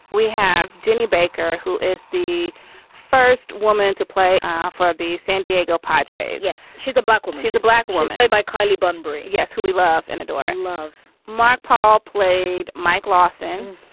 we have ginny baker, who is the first woman to play for the san diego padres. yes, she's a black. well, she's a black woman. played by kylie bunbury. yes. who we love and adore and love. mark paul played mike lawson,